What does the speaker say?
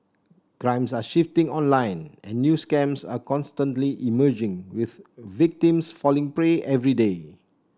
crimes are shifting online and new scams are constantly emerging with victims falling prey every day